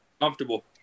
Comfortable